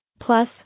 Plus